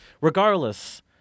Regardless